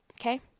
okay